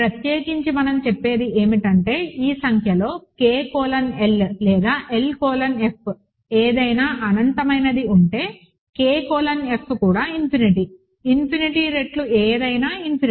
ప్రత్యేకించి మనం చెప్పేది ఏమిటంటే ఈ సంఖ్యలలో K కోలన్ L లేదా L కోలన్ F ఏదైనా అనంతమైనదైతే K కోలన్ F కూడా ఇన్ఫినిటీ ఇన్ఫినిటీ రెట్లు ఏదైనా ఇన్ఫినిటీ